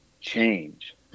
change